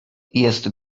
jest